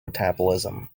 metabolism